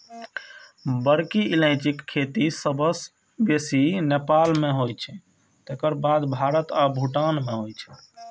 बड़की इलायचीक खेती सबसं बेसी नेपाल मे होइ छै, तकर बाद भारत आ भूटान मे होइ छै